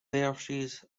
versus